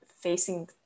facing